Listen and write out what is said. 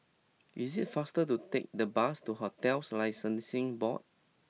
it is faster to take the bus to Hotels Licensing Board